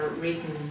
written